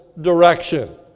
direction